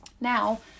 Now